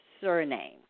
surname